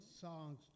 songs